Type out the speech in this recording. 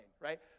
right